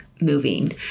moving